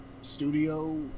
studio